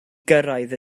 gyrraedd